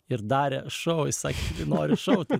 ir darė šou jis sakė noriu šou